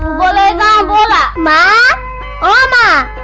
ah la la la la la la la